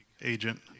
Agent